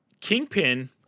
Kingpin